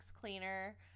cleaner